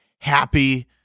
happy